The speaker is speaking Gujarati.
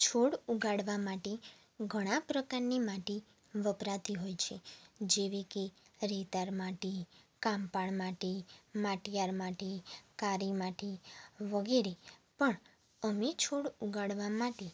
છોડ ઉગાડવા માટે ઘણાં પ્રકારની માટી વપરાતી હોય છે જેવી કે રેતાળ માટી કાંપાળ માટી માટિયાર માટી કાળી માટી વગેરે પણ અમે છોડ ઉગાડવા માટે